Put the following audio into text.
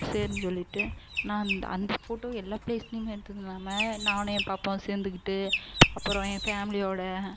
சரீன்னு சொல்லிட்டு நான் அந் அந்த ஃபோட்டோவை எல்லா ப்ளேஸ்லையுமே எடுத்ததுனாமல் நானும் என் பாப்பாவும் சேர்ந்துக்கிட்டு அப்புறோம் என் ஃபேமிலியோடு